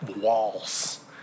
walls